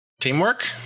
teamwork